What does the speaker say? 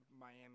Miami